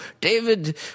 David